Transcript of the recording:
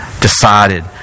decided